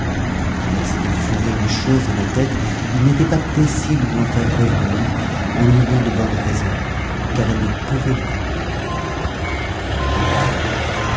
quand elle s'était fourré une chose dans la tête il n'était pas possible de l'en faire revenir en lui donnant de bonnes raisons car elle ne pouvait les comprendre encore